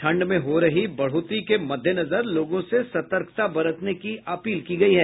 ठंड में हो रही बढ़ोतरी के मद्देनजर लोगों से सतर्कता बरतने की अपील की गयी है